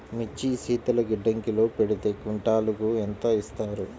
మిర్చి శీతల గిడ్డంగిలో పెడితే క్వింటాలుకు ఎంత ఇస్తారు?